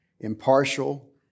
impartial